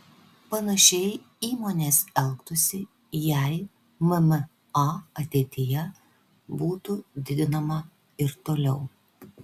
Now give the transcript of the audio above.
panašiai įmonės elgtųsi jei mma ateityje būtų didinama ir toliau